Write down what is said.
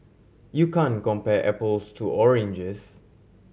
you can compare apples to oranges